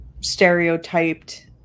stereotyped